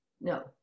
No